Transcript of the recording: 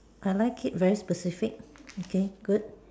I like it very specific okay good